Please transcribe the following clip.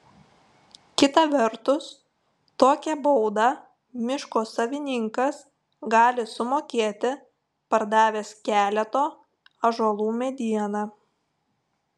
kita vertus tokią baudą miško savininkas gali sumokėti pardavęs keleto ąžuolų medieną